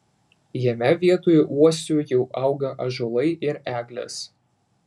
jame vietoj uosių jau auga ąžuolai ir eglės